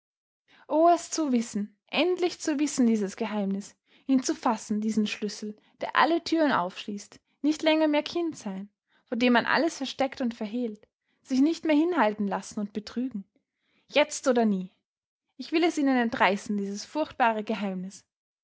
oh es zu wissen endlich zu wissen dieses geheimnis ihn zu fassen diesen schlüssel der alle türen aufschließt nicht länger mehr kind sein vor dem man alles versteckt und verhehlt sich nicht mehr hinhalten lassen und betrügen jetzt oder nie ich will es ihnen entreißen dieses furchtbare geheimnis